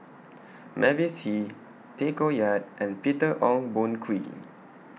Mavis Hee Tay Koh Yat and Peter Ong Boon Kwee